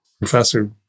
Professor